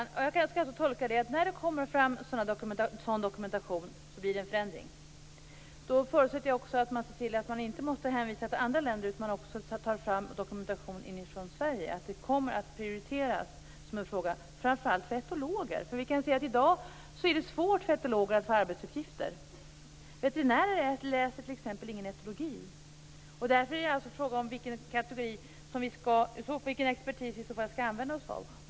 Fru talman! Jag skall alltså tolka det så, att när det kommer fram sådan dokumentation blir det en förändring. Då förutsätter jag också att man ser till att man inte måste hänvisa till andra länder, utan att man tar fram dokumentation från Sverige och att det är en fråga som kommer att prioriteras framför allt när det gäller etologer. I dag är det svårt för etologer att få arbetsuppgifter. Veterinärer läser t.ex. ingen etologi. Därför är det fråga om vilken expertis som vi i så fall skall använda oss av.